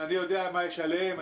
אני יודע מה יש עליהם,